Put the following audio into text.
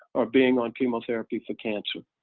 or being on chemotherapy for cancer.